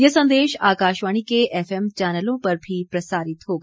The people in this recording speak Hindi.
ये संदेश आकाशवाणी के एफएम चैनलों पर भी प्रसारित होगा